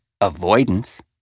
avoidance